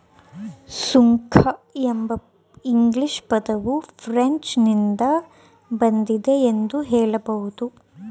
ಸುಂಕ ಎಂಬ ಇಂಗ್ಲಿಷ್ ಪದವು ಫ್ರೆಂಚ್ ನಿಂದ ಬಂದಿದೆ ಎಂದು ಹೇಳಬಹುದು